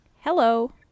Hello